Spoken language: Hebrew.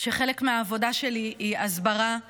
שחלק מהעבודה שלי היא הסברה בחו"ל,